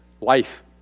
life